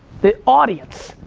the audience,